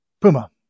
Puma